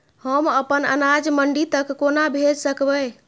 हम अपन अनाज मंडी तक कोना भेज सकबै?